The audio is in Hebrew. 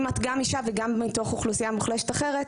אם את גם אישה וגם מתוך אוכלוסייה מוחלשת אחרת,